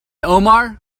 omar